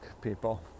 people